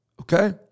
Okay